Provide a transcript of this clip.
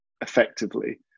effectively